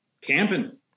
camping